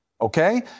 okay